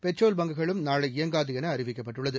petrol bunk களும் நாளை இயங்காது என அறிவிக்கப்பட்டுள்ளது